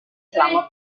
selama